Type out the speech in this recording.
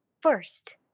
First